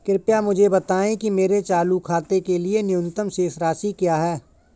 कृपया मुझे बताएं कि मेरे चालू खाते के लिए न्यूनतम शेष राशि क्या है?